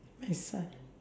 my son